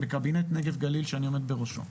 בקבינט נגב-גליל שאני עומד בראשו.